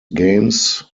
games